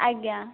ଆଜ୍ଞା